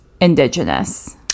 indigenous